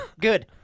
Good